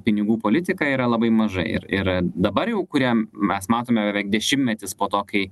pinigų politika yra labai maža ir ir dabar jau kuriam mes matome beveik dešimtmetis po to kai